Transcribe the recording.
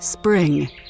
Spring